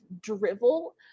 drivel